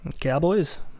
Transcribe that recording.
Cowboys